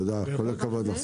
ורד, תודה רבה, וכל הכבוד לך.